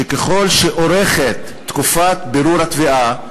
שככל שאורכת תקופת בירור התביעה,